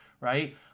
right